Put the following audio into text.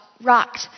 rocked